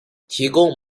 提供